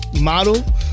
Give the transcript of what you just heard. model